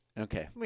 Okay